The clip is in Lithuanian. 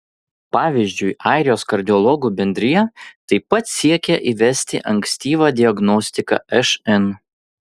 pavyzdžiui airijos kardiologų bendrija taip pat siekia įvesti ankstyvą diagnostiką šn